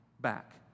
back